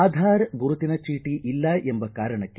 ಆಧಾರ್ ಗುರುತಿನ ಚೀಟಿ ಇಲ್ಲ ಎಂಬ ಕಾರಣಕ್ಕೆ